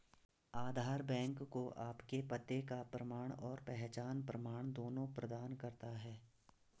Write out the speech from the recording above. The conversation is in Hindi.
आधार बैंक को आपके पते का प्रमाण और पहचान प्रमाण दोनों प्रदान करता है